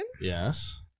yes